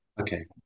Okay